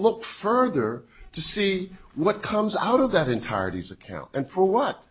look further to see what comes out of that entireties account and for what